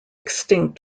extinct